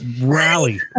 rally